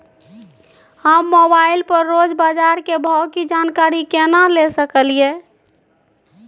हम मोबाइल पर रोज बाजार के भाव की जानकारी केना ले सकलियै?